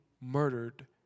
murdered